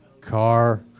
car